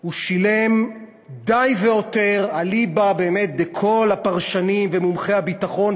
הוא שילם די והותר אליבא דכל הפרשנים ומומחי הביטחון,